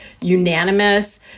unanimous